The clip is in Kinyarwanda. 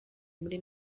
muri